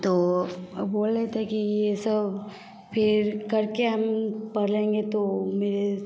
तो बोले थे कि यह सब फ़िर करके हम पढ़ लेंगे तो मेरे